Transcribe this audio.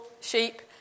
sheep